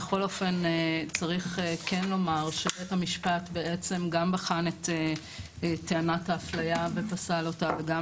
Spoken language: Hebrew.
בכל אופן צריך לומר שבית המשפט גם בחן את טענת האפליה ופסל אותה וגם